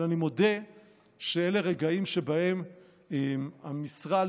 אבל אני מודה שאלה רגעים שבהם המשרה על